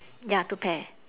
ya two pair